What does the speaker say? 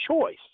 choice